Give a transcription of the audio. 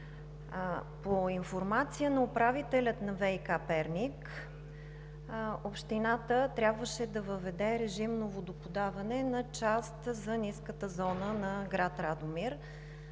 По информация на управителя на ВиК – Перник, общината трябваше да въведе режим на водоподаване на част от ниската зона на град Радомир.